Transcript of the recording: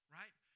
right